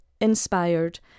inspired